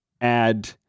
add